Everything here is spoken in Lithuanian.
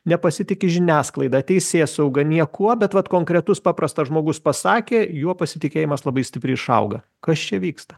nepasitiki žiniasklaida teisėsauga niekuo bet vat konkretus paprastas žmogus pasakė juo pasitikėjimas labai stipriai išauga kas čia vyksta